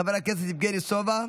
חבר הכנסת יבגני סובה,